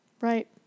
Right